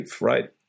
right